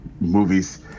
movies